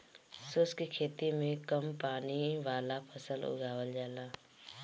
शुष्क खेती में कम पानी वाला फसल उगावल जाला